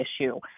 issue